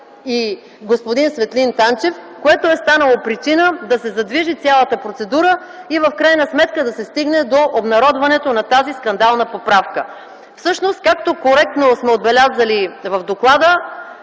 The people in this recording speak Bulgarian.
и господин Светлин Танчев, което е станало причина да се задвижи цялата процедура и в крайна сметка да се стигне до обнародването на тази скандална поправка. Както коректно сме отбелязали в доклада,